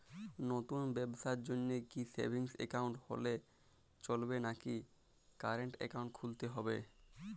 নতুন ব্যবসার জন্যে কি সেভিংস একাউন্ট হলে চলবে নাকি কারেন্ট একাউন্ট খুলতে হবে?